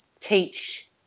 teach –